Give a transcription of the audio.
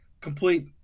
Complete